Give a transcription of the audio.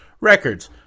records